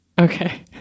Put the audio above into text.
Okay